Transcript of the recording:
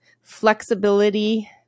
flexibility